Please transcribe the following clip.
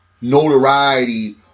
notoriety